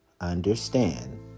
understand